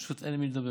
פשוט אין עם מי לדבר.